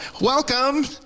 welcome